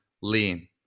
lean